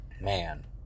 Man